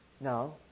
No